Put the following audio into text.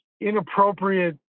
inappropriate